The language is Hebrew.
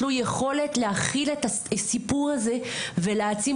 תלוי יכולת להכיל את הסיפור הזה ולהעצים